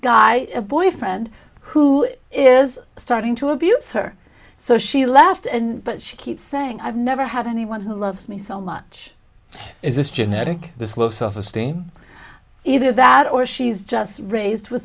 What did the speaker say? guy a boyfriend who is starting to abuse her so she left and but she keeps saying i've never had anyone who loves me so much is this genetic this low self esteem either that or she's just raised with